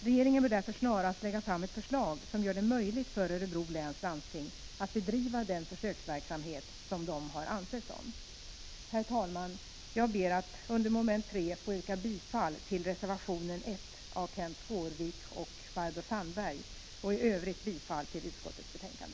Regeringen bör därför snarast lägga fram ett förslag som gör det möjligt för Örebro läns landsting att bedriva den försöksverksamhet som landstinget har ansökt om. Herr talman! Jag ber att när det gäller mom. 3 få yrka bifall till reservation 1 av Kenth Skårvik och Barbro Sandberg och i övrigt bifall till utskottets hemställan.